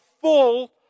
full